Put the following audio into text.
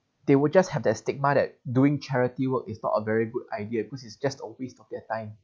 they would just have that stigma that doing charity work it's not a very good idea cause it's just a waste of their time